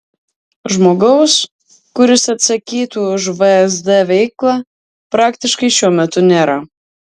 žmogaus kuris atsakytų už vsd veiklą praktiškai šiuo metu nėra